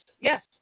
yes